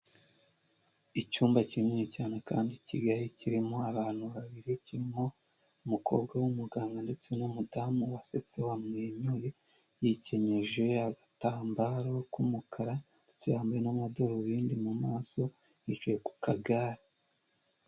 Icyumba kinini cyane kandi kigali, kirimo abantu babiri, kirimo umukobwa w'umuganga ndetse n'umudamu wasetse, wamwenyuye, yikenyeje agatambaro k'umukara ndetse hamwe n'amadarubindi mu maso, yicaye ku kagare.